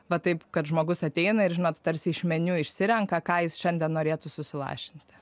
va taip kad žmogus ateina ir žinot tarsi iš meniu išsirenka ką jis šiandien norėtų susilašinti